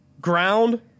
ground